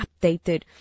updated